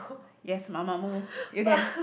yes mamamoo you can